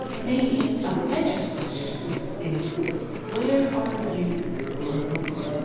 maybe a better question is where are you a local?